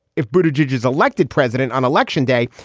if bridget is elected president on election day,